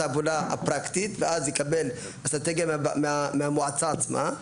העבודה הפרקטית ואז יקבל אסטרטגיה מהמועצה עצמה.